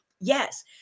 Yes